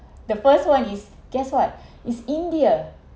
the first one is guess what is india